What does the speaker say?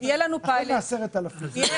נתחיל ב-10,000.